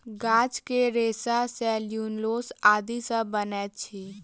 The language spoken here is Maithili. गाछ के रेशा सेल्यूलोस आदि सॅ बनैत अछि